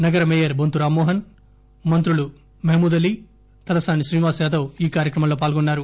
నగర మేయర్ బొంతు రామ్మోహన్ మంత్రులు మహ్మూద్ అలీ తలసాని శ్రీనివాస్ యాదవ్ ఈ కార్యక్రమంలో పాల్గొన్నారు